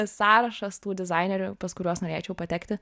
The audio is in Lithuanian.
sąrašas tų dizainerių pas kuriuos norėčiau patekti